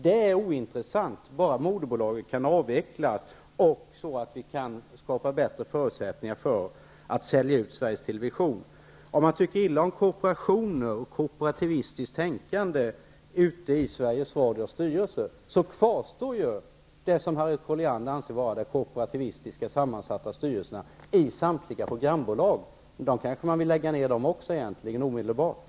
Det är ointressant -- bara moderbolaget kan avvecklas och det skapas bättre förutsättningar för att sälja ut Sveriges Television. Även om man tycker illa om korporationer och korporativistiskt tänkande i Sveriges Radios styrelser, kvarstår det som Harriet Colliander anser vara de korporativistiskt sammansatta styrelserna i samtliga programbolag. Men dem kanske man vill lägga ned omedelbart.